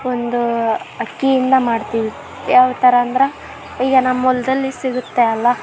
ಒಂದು ಅಕ್ಕಿಯಿಂದ ಮಾಡ್ತೀವಿ ಯಾವ ಥರಾಂದ್ರೆ ಈಗ ನಮ್ಮ ಹೊಲ್ದಲ್ಲಿ ಸಿಗುತ್ತೆ ಅಲ್ವ